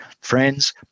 friends